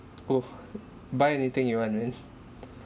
buy anything you want with